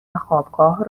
وخوابگاه